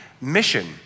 mission